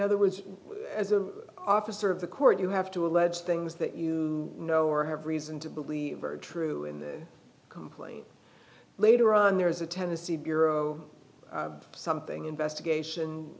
other words as an officer of the court you have to allege things that you know or have reason to believe are true in the complaint later on there is a tennessee bureau something investigation